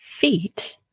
feet